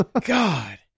god